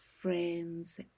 friends